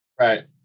Right